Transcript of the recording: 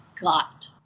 got